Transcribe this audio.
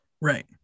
Right